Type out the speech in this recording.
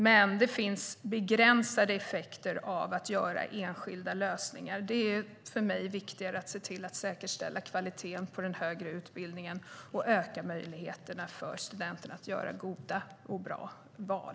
Men det finns begränsade effekter av att göra enskilda lösningar. För mig är det viktigare att säkerställa kvaliteten på den högre utbildningen och öka möjligheterna för studenterna att göra bra val.